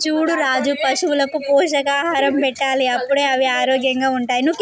చూడు రాజు పశువులకు పోషకాహారం పెట్టాలి అప్పుడే అవి ఆరోగ్యంగా ఉంటాయి